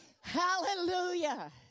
Hallelujah